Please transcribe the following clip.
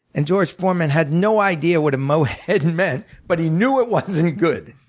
and george foreman had no idea what a mohead meant but he knew it wasn't good.